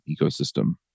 ecosystem